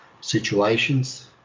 situations